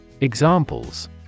Examples